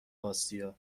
آسیا